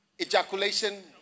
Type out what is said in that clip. ejaculation